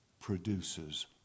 produces